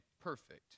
perfect